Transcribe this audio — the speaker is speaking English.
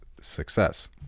success